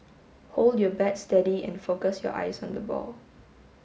hold your bat steady and focus your eyes on the ball